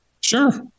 Sure